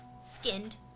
skinned